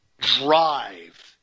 drive